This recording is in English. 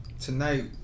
Tonight